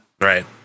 Right